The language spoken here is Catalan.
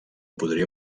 podria